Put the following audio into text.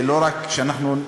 ולא רק שאנחנו,